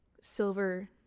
silver